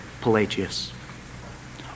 Pelagius